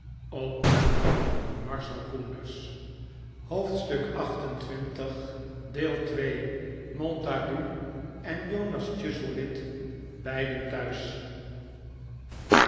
montague en jonas chuzzlewit beiden thuis